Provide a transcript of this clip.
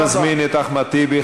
אני מזמין את אחמד טיבי.